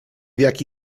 jaki